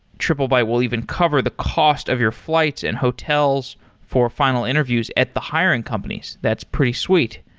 triplebyte will even cover the cost of your flights and hotels for final interviews at the hiring companies. that's pretty sweet.